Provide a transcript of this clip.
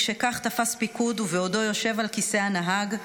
משכך, תפס פיקוד, ובעודו יושב על כיסא הנהג,